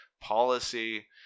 policy –